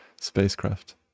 spacecraft